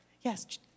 Yes